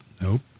Nope